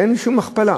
אין שום הכפלה.